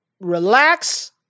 relax